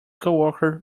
coworker